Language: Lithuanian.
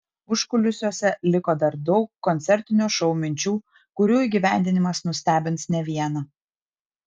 užkulisiuose liko dar daug koncertinio šou minčių kurių įgyvendinimas nustebins ne vieną